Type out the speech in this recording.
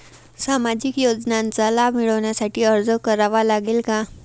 सामाजिक योजनांचा लाभ मिळविण्यासाठी अर्ज करावा लागेल का?